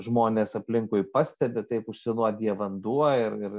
žmonės aplinkui pastebi taip užsinuodija vanduo ir ir